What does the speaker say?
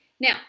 now